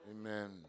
amen